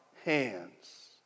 hands